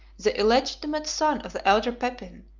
the illegitimate son of the elder pepin,